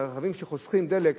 רכבים שחוסכים דלק,